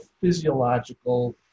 physiological